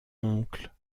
oncle